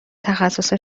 تخصص